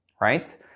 right